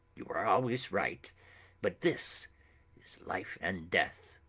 you are always right but this is life and death.